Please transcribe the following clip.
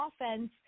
offense